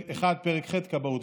פרק ח' (כבאות).